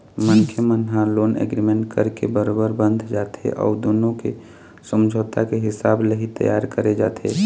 मनखे मन ह लोन एग्रीमेंट करके बरोबर बंध जाथे अउ दुनो के समझौता के हिसाब ले ही तियार करे जाथे